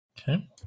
Okay